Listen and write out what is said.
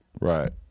Right